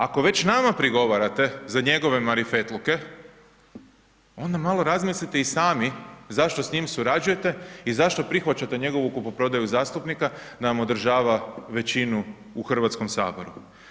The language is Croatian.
Ako već nama prigovarate za njegove marifetluke, onda malo razmislite i sami zašto s njim surađujete i zašto prihvaćate njegovu kupoprodaju zastupnika nam održava većinu u Hrvatskom saboru.